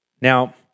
Now